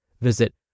Visit